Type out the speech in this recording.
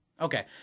Okay